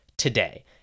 today